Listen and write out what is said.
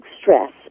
stress